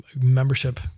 membership